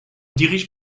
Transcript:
dirige